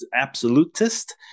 absolutist